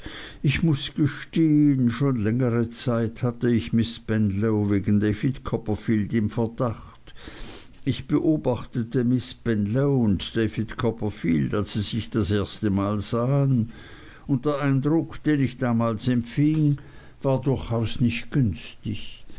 ich muß gestehen schon längere zeit hatte ich miß spenlow wegen david copperfield im verdacht ich beobachtete miß spenlow und david copperfield als sie sich das erste mal sahen und der eindruck den ich damals empfing war durchaus nicht günstig